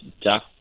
Duck